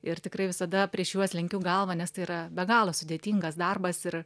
ir tikrai visada prieš juos lenkiu galvą nes tai yra be galo sudėtingas darbas ir